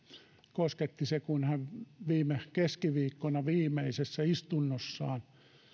kosketti tietysti se kun hän viime keskiviikkona viimeisessä istunnossaan